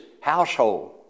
household